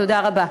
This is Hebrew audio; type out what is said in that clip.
תודה רבה.